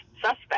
suspect